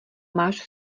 máš